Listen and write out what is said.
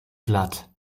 platt